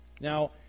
Now